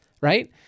Right